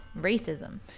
racism